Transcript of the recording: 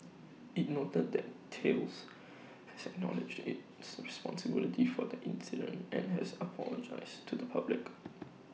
IT noted that Thales has acknowledged its responsibility for the incident and has apologised to the public